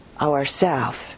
ourself